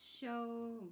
show